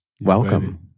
Welcome